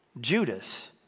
Judas